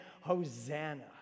Hosanna